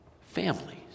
families